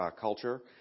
culture